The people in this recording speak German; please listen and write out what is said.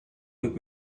und